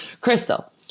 Crystal